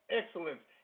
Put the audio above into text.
excellence